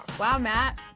wow, matt.